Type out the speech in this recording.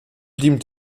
blieben